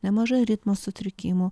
nemažai ritmo sutrikimų